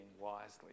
wisely